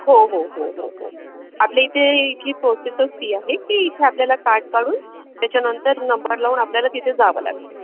हो हो हो हो हो आपल्या इथे इथली प्रोसेसच ती आहे की इथे आपल्याला कार्ड काढून त्याच्यानंतर नंबर लावून आपल्याला तिथे जावं लागत